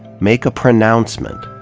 make a pronouncement.